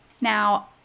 Now